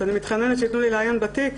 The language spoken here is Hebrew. שאני מתחננת שיתנו לי לעיין בתיק.